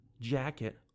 jacket